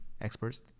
experts